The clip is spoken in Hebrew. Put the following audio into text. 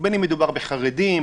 בין אם מדובר בחרדים,